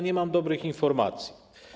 Nie mam dobrych informacji.